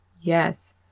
Yes